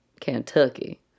Kentucky